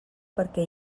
perquè